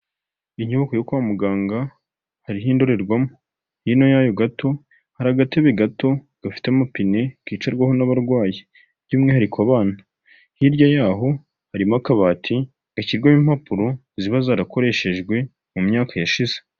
Inyubako yo kwa muganga hariho indorerwamo, hino yayo gato hari agatebe gato gafite amapine kicarwaho n'abarwayi by'umwihariko abana, hirya yaho harimo akabati gashyirwamo impapuro ziba zarakoreshejwe mu myaka yashize.